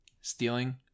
Stealing